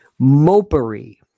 Mopery